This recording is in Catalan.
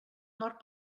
nord